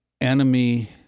enemy